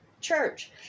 church